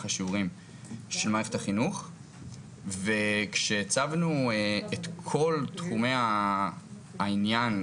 השיעורים של מערכת החינוך כשהצבנו את כל תחומי העניין,